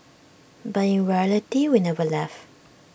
but in reality we've never left